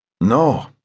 No